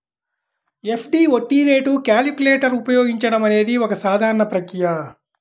FD వడ్డీ rate calculator ఉపయోగించడం అనేది ఒక సాధారణ ప్రక్రియ